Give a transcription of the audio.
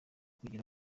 kugera